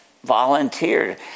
volunteered